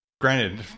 Granted